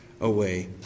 away